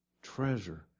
Treasure